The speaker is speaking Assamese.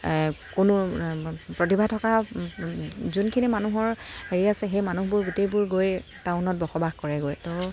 কোনো প্ৰতিভা থকা যোনখিনি মানুহৰ হেৰি আছে সেই মানুহবোৰ গোটেইবোৰ গৈ টাউনত বসবাস কৰে গৈ ত'